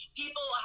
people